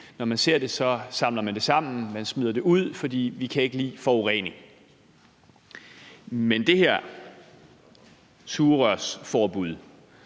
når man ser det, samler man det sammen, og man smider det ud, for man kan ikke lide forurening. Men hvor